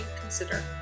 consider